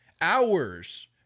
hours